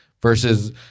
Versus